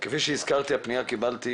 כפי שהזכרתי, קיבלתי